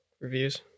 reviews